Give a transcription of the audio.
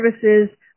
services